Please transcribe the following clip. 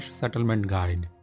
settlement-guide